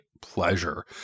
pleasure